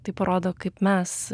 tai parodo kaip mes